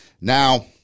Now